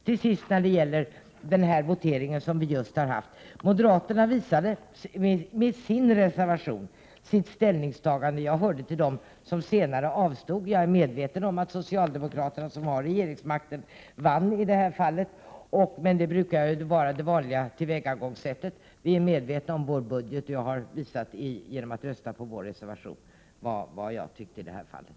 Till sist beträffande den votering som vi just haft: Vi moderater har visat med vår reservation vad vårt ställningstagande är. Jag hörde till dem som senare avstod, och jag är medveten om att socialdemokraterna, som har regeringsmakten, vann omröstningen. Men detta är ju det vanliga tillvägagångssättet. Vi är medvetna om vår budget, och genom att rösta på vår reservation har jag visat vad jag tyckte i det här fallet.